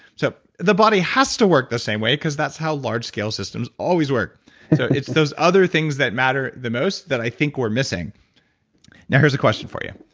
so the body has to work the same way, because that's how large-scale systems always work. so it's those other things that matter the most that i think we're missing now here's a question for you.